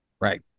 Right